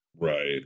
Right